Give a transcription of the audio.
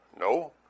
No